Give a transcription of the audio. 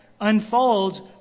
unfolds